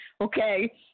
okay